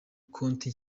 konti